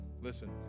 listen